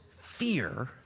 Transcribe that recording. fear